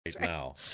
now